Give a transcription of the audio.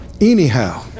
anyhow